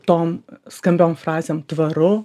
tom skambiom frazėm tvaru